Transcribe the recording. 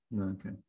Okay